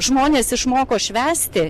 žmonės išmoko švęsti